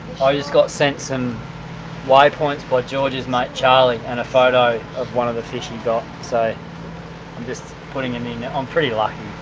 ah just got sent some wide points by george's mate, charlie and a photo of one of the fish he and got, so i'm just putting it mean i'm pretty lucky.